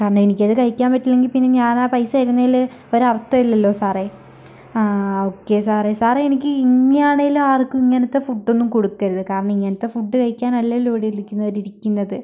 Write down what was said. കാരണം എനിക്കത് കഴിക്കാൻ പറ്റില്ലെങ്കിൽ പിന്നെ ഞാനാ പൈസ തരുന്നതില് ഒരർത്ഥം ഇല്ലല്ലോ സാറെ ആ ഓക്കെ സാറെ സാറേ എനിക്ക് ഇനിയാണേലും ആർക്കും ഇങ്ങനത്തെ ഫുഡൊന്നും കൊടുക്കരുത് കാരണം ഇങ്ങനത്തെ ഫുഡ് കഴിക്കാനല്ലല്ലോ ഇവിടിരിക്കുന്നവര് ഇരിക്കുന്നത്